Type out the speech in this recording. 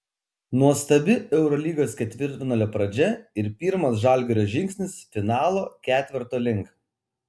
nuostabi eurolygos ketvirtfinalio pradžia ir pirmas žalgirio žingsnis finalo ketverto link